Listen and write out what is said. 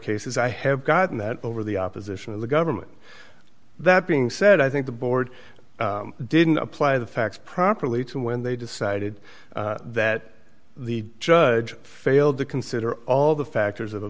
cases i have gotten that over the opposition of the government that being said i think the board didn't apply the facts properly to when they decided that the judge failed to consider all the factors of th